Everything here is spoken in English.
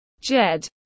Jed